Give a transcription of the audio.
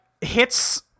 hits